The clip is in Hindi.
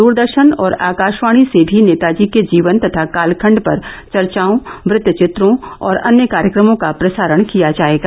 दूरदर्शन और आकाशवाणी से भी नेताजी के जीवन तथा कालखण्ड पर चर्चाओं वृत्त चित्रों और अन्य कार्यक्रमों का प्रसारण किया जायेगा